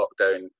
lockdown